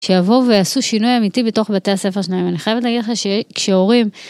שיבואו ויעשו שינוי אמיתי בתוך בתי הספר שלהם. אני חייבת להגיד לך שכשהורים